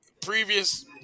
Previous